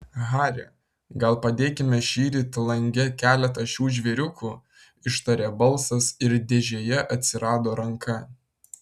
hari gal padėkime šįryt lange keletą šių žvėriukų ištarė balsas ir dėžėje atsirado ranka